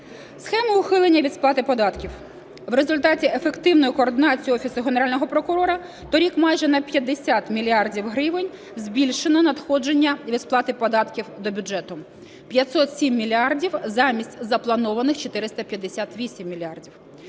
Схеми ухилення від сплати податків. В результаті ефективної координації Офісу Генерального прокурора торік майже на 50 мільярдів гривень збільшено надходження від сплати податків до бюджету – 507 мільярдів замість запланованих 458 мільярдів.